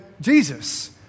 Jesus